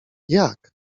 jak